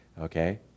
okay